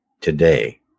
today